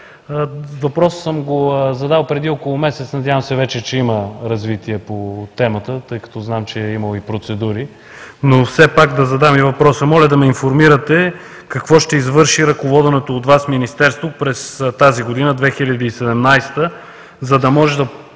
Въпросът съм го задал преди около месец, надявам се, че вече има развитие по темата, тъй като знам, че е имало и процедури, но все пак да задам и въпроса: моля да ме информирате какво ще извърши ръководеното от Вас Министерство през тази година – 2017 г., за да може да